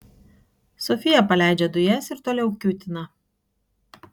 sofija paleidžia dujas ir toliau kiūtina